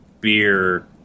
beer